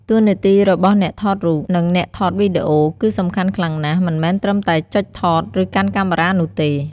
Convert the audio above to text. តួនាទីរបស់អ្នកថតរូប និងអ្នកថតវីដេអូគឺសំខាន់ខ្លាំងណាស់ មិនមែនត្រឹមតែចុចថត ឬកាន់កាមេរ៉ានោះទេ។